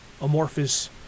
amorphous